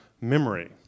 memory